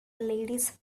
ladies